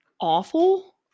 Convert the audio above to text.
awful